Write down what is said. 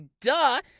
duh